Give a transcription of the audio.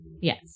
Yes